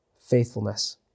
faithfulness